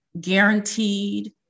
guaranteed